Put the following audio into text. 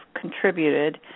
contributed